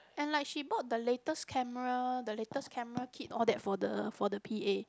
and like she bought the latest camera the latest camera kit all that for the for the P_A